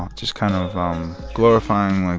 just kind of um glorifying, like